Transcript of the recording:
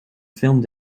filmed